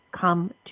come